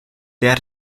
der